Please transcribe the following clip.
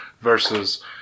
Versus